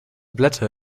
blätter